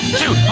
two